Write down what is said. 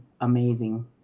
amazing